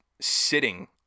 sitting